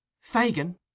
Fagin